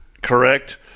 correct